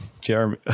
jeremy